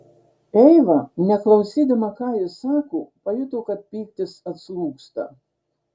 eiva neklausydama ką jis sako pajuto kad pyktis atslūgsta